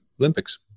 Olympics